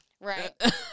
Right